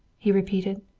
he repeated.